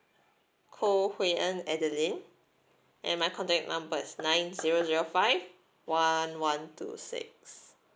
koh hui en adeline and my contact number is nine zero zero five one one two six